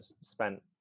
spent